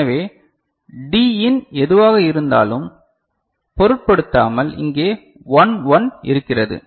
எனவே D இன் எதுவாக இருந்தாலும் பொருட்படுத்தாமல் இங்கே 1 1 இருக்கிறது